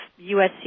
USC